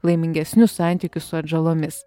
laimingesnius santykius su atžalomis